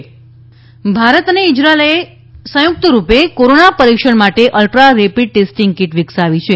Bharat Israel Bharat અને ઈઝરાચેલે સંયુક્તરૂપે કોરોના પરીક્ષણ માટે અલ્ટ્રા રેપીડ ટેસ્ટીંગ કીટ વિકસાવી છે